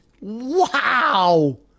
Wow